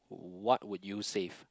what would you save